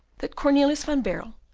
that cornelius van baerle,